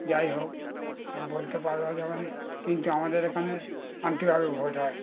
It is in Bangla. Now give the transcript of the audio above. যাই হোক বলতে পারা যাবে না কিন্তু আমাদের এখানে শান্তিভাবে ভোট হয়